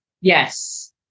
Yes